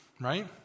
right